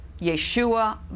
Yeshua